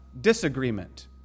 disagreement